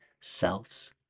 selves